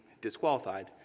disqualified